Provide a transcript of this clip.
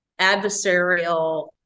adversarial